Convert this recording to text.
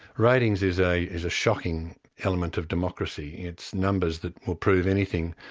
ratings is a is a shocking element of democracy. it's numbers that will prove anything,